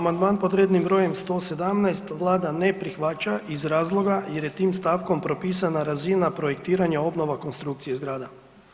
Amandman pod rednim brojem 117 Vlada ne prihvaća iz razloga jer je tim stavkom propisana razina projektiranja obnova konstrukcije zgrada.